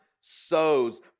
sows